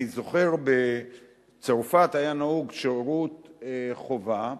אני זוכר, בצרפת היה נהוג שירות חובה.